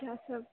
क्या सब